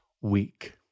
week